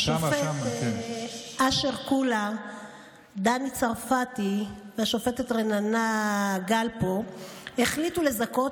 השופטים אשר קולה ודני צרפתי והשופטת רננה גלפז החליטו לזכות